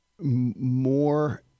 more